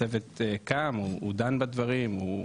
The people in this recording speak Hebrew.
הצוות קם הוא דן בדברים.